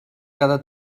cada